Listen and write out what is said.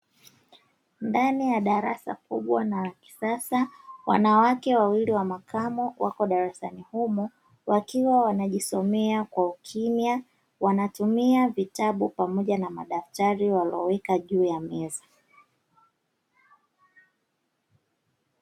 Ndani ya darasa kubwa na la kisasa wanawake wawili wa makamo wako darasani humo, wakiwa wanajisomea kwa ukimya, wanatumia vitabu pamoja na madaftari walioweka juu ya meza.